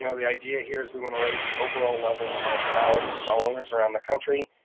you know the idea here is we wanna raise the overall level of knowledge of well owners around the country,